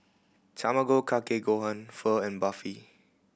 Tamago Kake Gohan Pho and Barfi